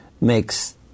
makes